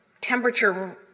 temperature